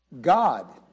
God